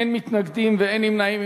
אין מתנגדים ואין נמנעים.